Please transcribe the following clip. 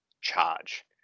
charge